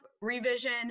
Revision